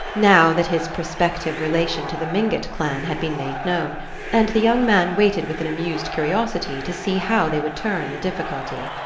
now that his prospective relation to the mingott clan had been made known and the young man waited with an amused curiosity to see how they would turn the difficulty.